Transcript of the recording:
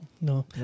No